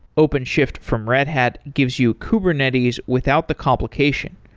openshift from red hat gives you kubernetes without the complication.